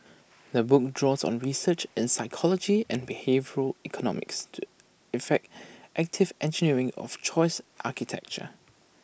the book draws on research in psychology and behavioural economics to effect active engineering of choice architecture